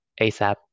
asap